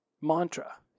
mantra